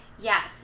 Yes